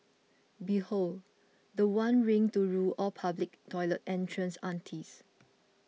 behold the one ring to rule all public toilet entrance aunties